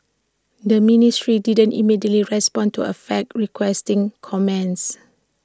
the ministry didn't immediately respond to A fax requesting comments